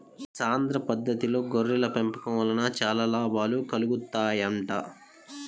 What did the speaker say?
సాంద్ర పద్దతిలో గొర్రెల పెంపకం వలన చాలా లాభాలు కలుగుతాయంట